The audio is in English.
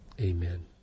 amen